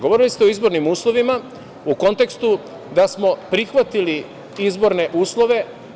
Govorili ste o izbornim uslovima u kontekstu da smo prihvatili izborne uslove.